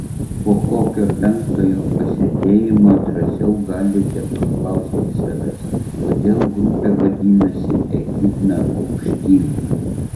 po kokio penktojo pasėdėjimo drąsiau galite paklausti savęs kodėl grupė vadinasi echidna aukštyn